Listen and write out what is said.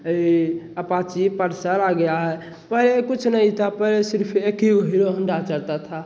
अब यह Apache Pulsar आ गया है पहले कुछ नहीं था पहले सिर्फ़ एक ही हीरो होंडा चलता था